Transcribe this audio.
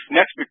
Next